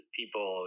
people